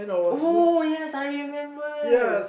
oh yes I remember